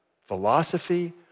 philosophy